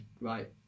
right